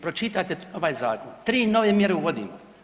Pročitajte ovaj zakon, 3 nove mjere uvodimo.